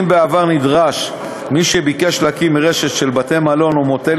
אם בעבר נדרש מי שביקש להקים רשת של בתי-מלון או מוטלים